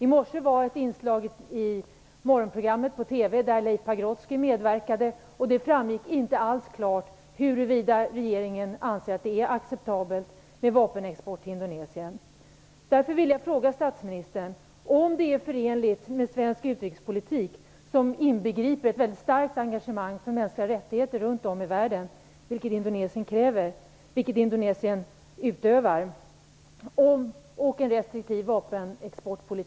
I morse medverkade Leif Pagrotsky i ett inslag i morgonprogrammet på TV. Det framgick inte alls klart huruvida regeringen anser att det är acceptabelt med vapenexport till Indonesien. Svensk utrikespolitik inbegriper ett väldigt starkt engagemang för mänskliga rättigheter runt om i världen - vilket Indonesien inte respekterar - och en restriktiv vapenexportpolitik.